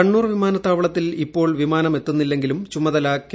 കണ്ണൂർ വിമാനത്താവളത്തിൽ ഇപ്പോൾ വിമാനം എത്തുന്നില്ലെങ്കിലും ചുമതല കെ